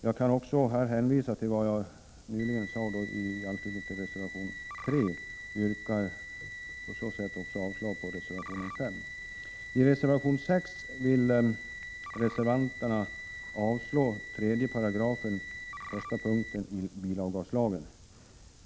Jag kan också hänvisa till vad jag sade i anslutning till reservation 3, och jag yrkar avslag på reservation 5. Enligt reservation 6 vill reservanterna avslå 3 § 1 punkten i bilavgaslagen.